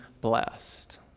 blessed